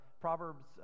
Proverbs